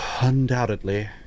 Undoubtedly